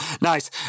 Nice